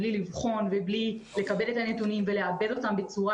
בלי לבחון ובלי לקבל את הנתונים ולעבד אותם בצורה